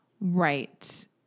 Right